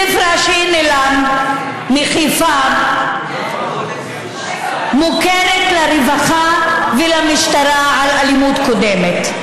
ספרש אנעלם מחיפה מוכרת לרווחה ולמשטרה בגלל אלימות קודמת.